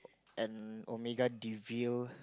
and Omega Deville